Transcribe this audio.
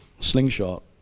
slingshot